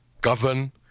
govern